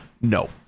No